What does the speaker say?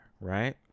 right